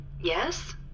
yes